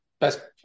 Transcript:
best